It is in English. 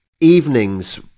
evenings